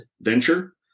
venture